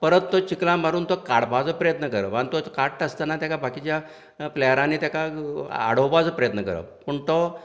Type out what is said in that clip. परत तो चिकलान मारून तो काडपाचो प्रयत्न करप आनी तो काडटा आसतना तेका बाकिच्या प्लेयरांनी तेका आडोवपाचो प्रयत्न करप पूण तो